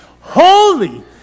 holy